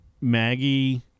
Maggie